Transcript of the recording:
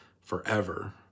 forever